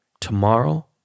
tomorrow